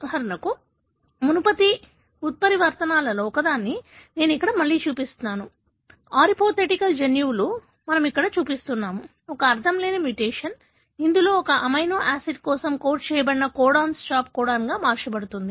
ఉదాహరణకు మునుపటి ఉత్పరివర్తనాలలో ఒకదాన్ని నేను ఇక్కడ మళ్లీ చూపిస్తున్నాను ఆరిపోథెటికల్ జన్యువులు మనం ఇక్కడ చూపిస్తున్నాము ఒక అర్ధంలేని మ్యుటేషన్ ఇందులో ఒక అమైనో యాసిడ్ కోసం కోడ్ చేయబడిన కోడాన్ స్టాప్ కోడాన్గా మార్చబడుతుంది